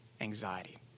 Anxiety